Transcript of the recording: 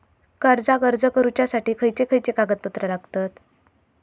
कर्जाक अर्ज करुच्यासाठी खयचे खयचे कागदपत्र लागतत